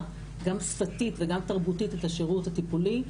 גם שפתית וגם תרבותית את השירות הטיפולי,